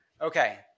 okay